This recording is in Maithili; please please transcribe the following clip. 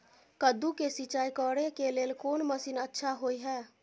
कद्दू के सिंचाई करे के लेल कोन मसीन अच्छा होय है?